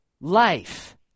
life